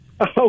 okay